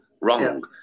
wrong